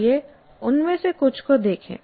आइए उनमें से कुछ को देखें